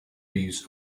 views